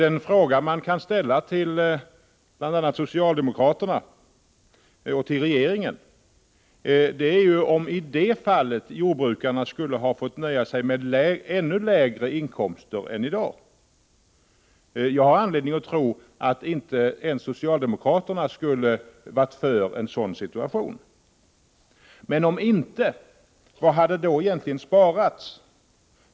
En fråga man kan ställa till bl.a. socialdemokraterna och regeringen är om jordbrukarna i ett sådant fall skulle ha fått nöja sig med ännu lägre inkomster än i dag. Jag har anledning att tro att inte ens socialdemokraterna skulle ha varit för en sådan situation. Men om vi inte haft något överskott, vad hade då egentligen sparats?